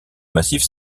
massif